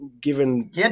Given